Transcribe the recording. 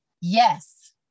yes